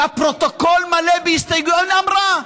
הפרוטוקול מלא בהסתייגויות, אמרה.